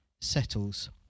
settles